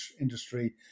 industry